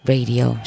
Radio